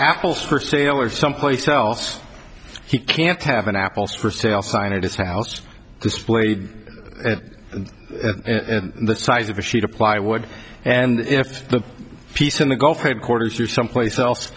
apples for sale or some place else he can't have an apples for sale sign it is housed displayed at the size of a sheet of plywood and if the piece of the golf headquarters or someplace else